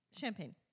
Champagne